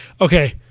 Okay